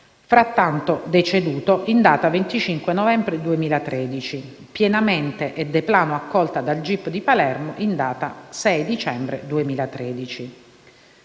frattanto deceduto, in data 25 novembre 2013, pienamente e *de plano* accolta dal gip di Palermo in data 6 dicembre 2013.